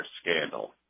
scandal